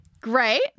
Great